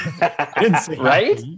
Right